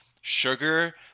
sugar